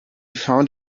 found